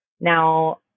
Now